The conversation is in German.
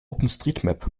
openstreetmap